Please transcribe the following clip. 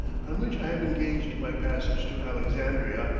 on which i have engaged my passage to alexandria,